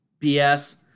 BS